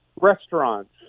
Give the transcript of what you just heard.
restaurants